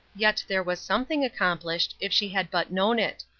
yet there was something accomplished, if she had but known it.